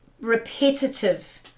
repetitive